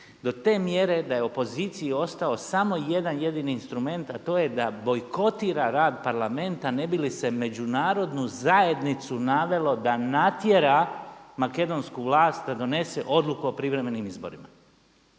do te mjere da je opoziciji ostao samo jedan jedini instrument a to je da bojkotira rad Parlamenta ne bi li se međunarodnu zajednicu navelo da natjera makedonsku vlast da donese Odluku o privremenim izborima.